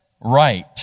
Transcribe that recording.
right